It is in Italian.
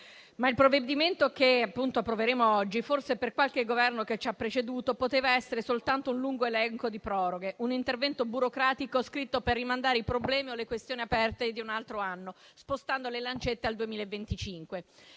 il provvedimento che approveremo oggi forse per qualche Governo che ci ha preceduto poteva essere soltanto un lungo elenco di proroghe, un intervento burocratico scritto per rimandare i problemi o le questioni aperte di un altro anno, spostando le lancette al 2025.